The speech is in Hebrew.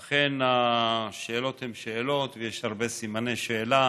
אכן, השאלות הן שאלות, ויש הרבה סימני שאלה.